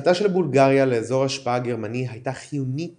הפיכתה של בולגריה לאזור השפעה גרמני הייתה חיונית